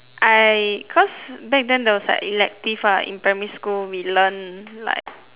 I cause back then there was like elective lah in primary school we learnt like